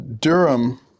Durham